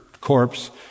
corpse